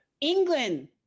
England